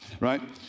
right